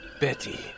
Betty